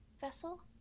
vessel